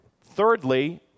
thirdly